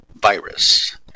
virus